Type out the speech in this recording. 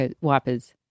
wipers